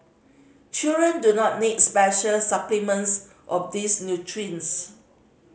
children do not need special supplements of these nutrients